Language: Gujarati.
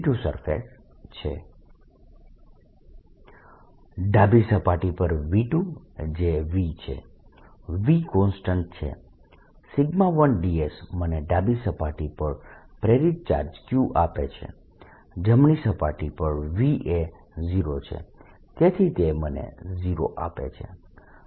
V12dVV1surface2dSV21dVV2surface1dS 0Vd xdQδr xxdVVq10 q1 Qd ડાબી સપાટી પર V2 જે V છે V કોન્સ્ટન્ટ છે 1ds મને ડાબી સપાટી પર પ્રેરિત ચાર્જ q આપે છે જમણી સપાટી પર V એ 0 છે તેથી તે મને 0 આપે છે